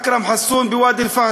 אכרם חסון, (אומר בערבית: